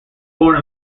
born